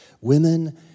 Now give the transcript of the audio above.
Women